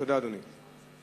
תודה, אדוני.